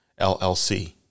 llc